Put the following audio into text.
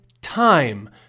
time